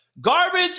Garbage